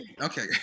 Okay